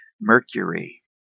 mercury